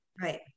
Right